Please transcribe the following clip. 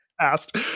asked